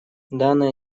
данная